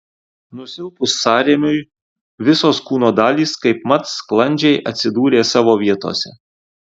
nusilpus sąrėmiui visos kūno dalys kaipmat sklandžiai atsidūrė savo vietose